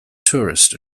tourist